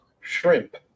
shrimp